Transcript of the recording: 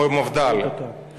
או מפד"ל.